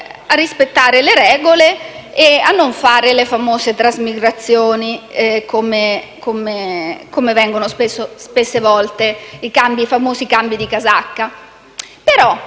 a rispettare le regole e a non fare le famose trasmigrazioni che avvengono così spesso (i famosi cambi di casacca).